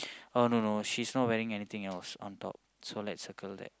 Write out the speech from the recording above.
oh no no she's not wearing anything else on top so let's circle that